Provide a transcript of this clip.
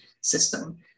system